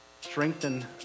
strengthen